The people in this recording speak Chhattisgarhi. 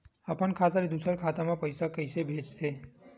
अपन खाता ले दुसर के खाता मा पईसा कइसे भेजथे?